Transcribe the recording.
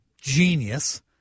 genius